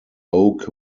oak